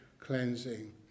cleansing